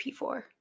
P4